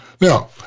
now